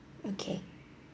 okay